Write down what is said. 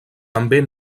també